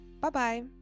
bye-bye